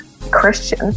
Christian